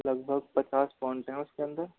लगभग पचास पॉइंट्स हैं उसके अंदर